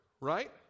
right